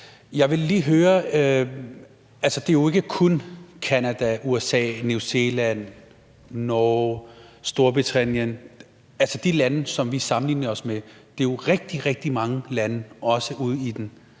Jeg vil lige høre om noget. Det gælder jo ikke kun Canada, USA, New Zealand, Norge og Storbritannien, altså de lande, vi sammenligner os med. Altså, det gælder jo rigtig, rigtig mange lande, også dem, der